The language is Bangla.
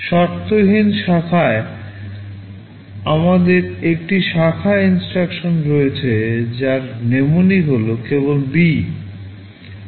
শর্তহীন শাখায় আমাদের একটি শাখা INSTRUCTION রয়েছে যার mnemonic হল কেবল B